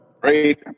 Great